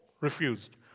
refused